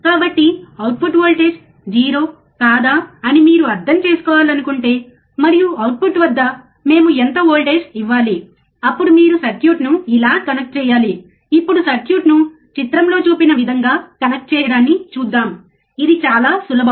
కాబట్టి output voltage 0 కాదా అని మీరు అర్థం చేసుకోవాలనుకుంటే మరియు అవుట్పుట్ వద్ద మేము ఎంత వోల్టేజ్ ఇవ్వాలి అప్పుడు మీరు సర్క్యూట్ను ఇలా కనెక్ట్ చేయాలి ఇప్పుడు సర్క్యూట్ను చిత్రంలో చూపిన విధంగా కనెక్ట్ చేయడాన్ని చూద్దాం ఇది చాలా సులభం